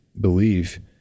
believe